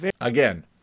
Again